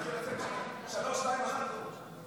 ההצעה להעביר את הצעת חוק המאבק בטרור (תיקון